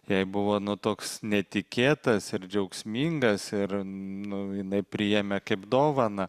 jai buvo nu toks netikėtas ir džiaugsmingas ir nu jinai priėmė kaip dovaną